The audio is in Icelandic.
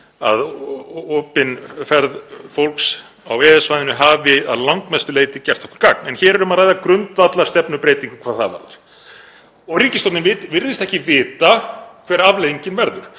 að opin ferð fólks á EES-svæðinu hafi að langmestu leyti gert okkur gagn. En hér er um að ræða grundvallarstefnubreytingu hvað það varðar og ríkisstjórnin virðist ekki vita hver afleiðingin verður